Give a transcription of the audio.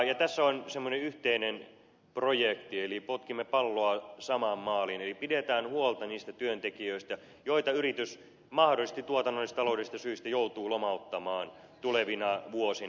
tässä on semmoinen yhteinen projekti eli potkimme palloa samaan maaliin eli pidetään huolta niistä työntekijöistä joita yritys mahdollisesti tuotannollistaloudellisista syistä joutuu lomauttamaan tulevina vuosina